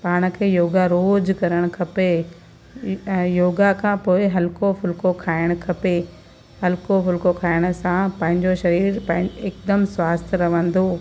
पाण खे योगा रोज़ु करणु खपे ऐं योगा खां पोइ हल्को फुल्को खाइण खपे हल्को फुल्को खाइण सां पंहिंजो शरीर हिकदमि स्वस्थ रहंदो